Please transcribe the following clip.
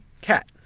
cat